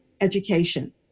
education